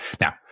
Now